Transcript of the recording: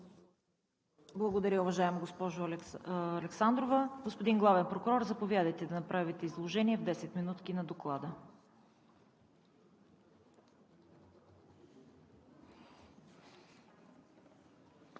Благодаря, уважаема госпожо Александрова. Господин Главен прокурор, заповядайте да направите изложение на Доклада